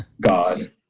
god